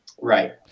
Right